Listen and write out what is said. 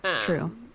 true